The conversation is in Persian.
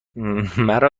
مرا